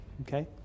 Okay